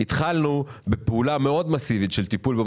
התחלנו בפעולה מאוד מסיבית של טיפולים